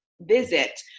visit